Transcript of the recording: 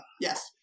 Yes